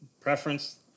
preference